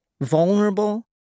vulnerable